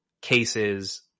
cases